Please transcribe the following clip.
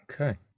Okay